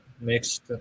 mixed